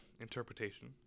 interpretation